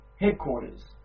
headquarters